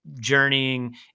journeying